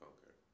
Okay